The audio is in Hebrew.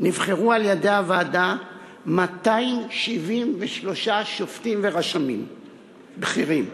נבחרו על-ידי הוועדה 273 שופטים ורשמים בכירים.